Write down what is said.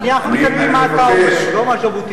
אני אחליט לפי מה אתה אומר, לא מה ז'בוטינסקי.